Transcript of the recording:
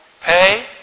pay